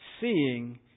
seeing